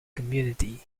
community